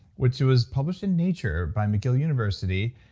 which was published in nature by mcgill university,